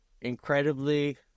incredibly